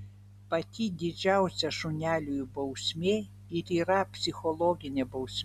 pati didžiausia šuneliui bausmė ir yra psichologinė bausmė